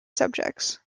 subjects